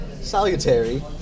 Salutary